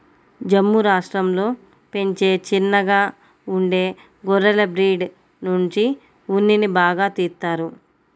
జమ్ము రాష్టంలో పెంచే చిన్నగా ఉండే గొర్రెల బ్రీడ్ నుంచి ఉన్నిని బాగా తీత్తారు